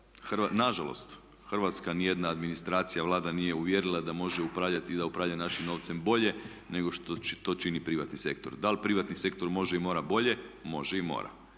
na žalost, hrvatska ni jedna administracija Vlada nije uvjerila da može upravljati i da upravlja našim novcem bolje nego što to čini privatni sektor. Da li privatni sektor može i mora bolje? Može i mora.